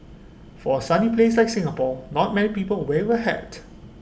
for A sunny place like Singapore not many people wear A hat